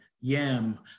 yam